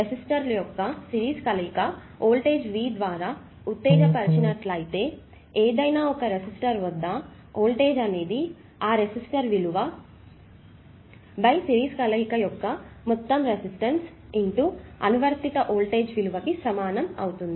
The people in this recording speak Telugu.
రెసిస్టర్ల యొక్క సిరీస్ కలయిక వోల్టేజ్ V ద్వారా ఉత్తేజ పరిచినట్లయితే ఏదయినా ఒక రెసిస్టర్ వద్ద వోల్టేజ్ అనేది ఆ రెసిస్టన్స్ విలువ సిరీస్ కలయిక యొక్క మొత్తం రెసిస్టన్స్ అనువర్తిత ఓల్టేజ్ విలువకి సమానం అవుతుంది